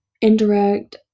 indirect